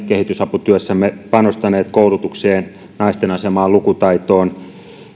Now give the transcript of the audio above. kehitysaputyössään panostanut koulutukseen naisten asemaan lukutaitoon